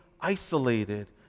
isolated